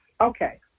Okay